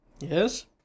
Yes